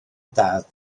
dad